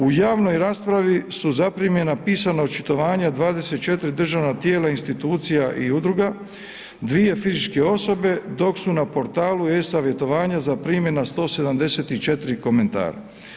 U javnoj raspravi su zaprimljena pisana očitovanja 24 državna tijela, institucija i udruga, 2 fizičke osobe, dok su na portalu e-savjetovanja zaprimljena 174 komentara.